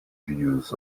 views